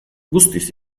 guztiz